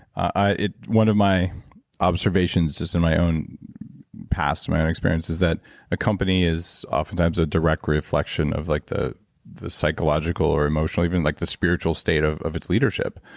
ah one of my observations just in my own past, my own experience, is that a company is oftentimes a direct reflection of like the the psychological or emotional, even like the spiritual state of of its leadership.